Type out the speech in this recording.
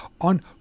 on